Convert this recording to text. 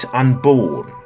unborn